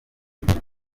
icyo